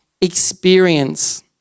experience